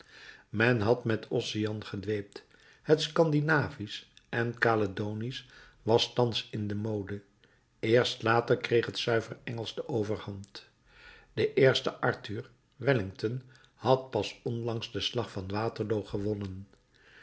men had met ossian gedweept het scandinavisch en caledonisch was thans in de mode eerst later kreeg het zuiver engelsch de overhand de eerste arthur wellington had pas onlangs den slag van waterloo gewonnen